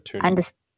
understand